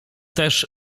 też